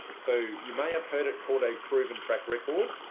so you may have heard it called a proven track record.